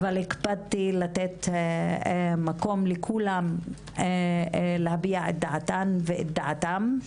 הקפדתי לתת מקום לכולם להביע את דעתן ואת דעתם.